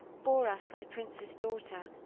bore us thy prince's daughter,